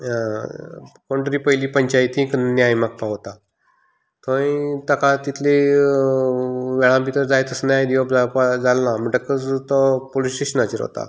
कोण तरी पयलीं पंचायतींत न्याय मागपाक वता थंय ताका तितल्या वेळा भितर जाय तसो न्याय दिवप जावपाक जालें ना म्हणटकच तो पुलीस स्टेशनाचेर वता